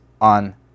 on